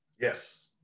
Yes